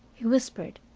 he whispered.